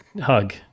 hug